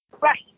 Right